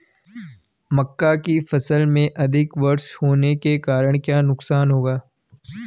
मक्का की फसल में अधिक वर्षा होने के कारण क्या नुकसान होगा?